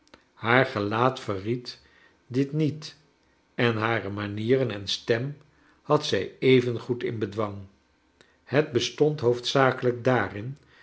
haar gelaat verried dit niet en hare manieren en stem had zij even goed in bedwang het bestond hoofdzakelijk daarin